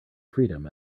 freedom